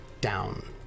down